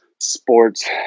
sports